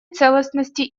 целостности